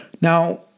Now